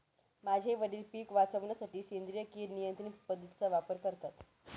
माझे वडील पिक वाचवण्यासाठी सेंद्रिय किड नियंत्रण पद्धतीचा वापर करतात